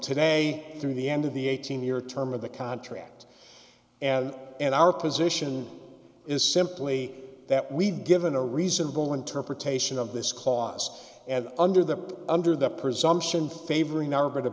today through the end of the eighteen year term of the contract and and our position is simply that we've given a reasonable interpretation of this clause and under that under the presumption favoring